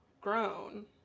grown